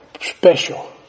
special